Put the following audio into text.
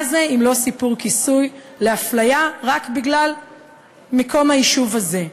מה זה אם לא סיפור כיסוי לאפליה רק בגלל מקום היישוב הזה?